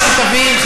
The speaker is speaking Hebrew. רק שתבין,